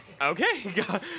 Okay